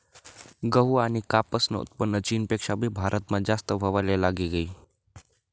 गहू आनी कापूसनं उत्पन्न चीनपेक्षा भी भारतमा जास्त व्हवाले लागी गयी